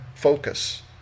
focus